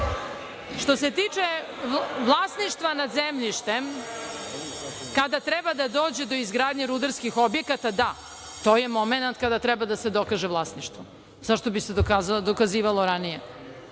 Što se tiče vlasništva nad zemljištem, kada treba da dođe do izgradnje rudarskih objekata, da to je momenat kada treba da se dokaže vlasništvo. Zašto bi se dokazivalo ranije? Znači,